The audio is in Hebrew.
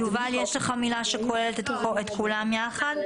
יובל, יש לך מילה שכוללת את כולם יחד?